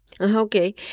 Okay